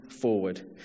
forward